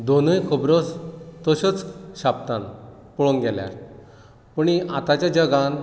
दोनूय खबरो तश्योच छापतात पळोवंक गेल्यार पुणी आताच्या जगांत